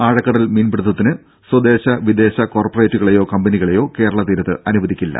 ആഴക്കടൽ മീൻപിടുത്തത്തിന് സ്വദേശ വിദേശ കോർപറേറ്റുകളെയോ കമ്പനികളെയോ കേരള തീരത്ത് അനുവദിക്കില്ല